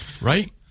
right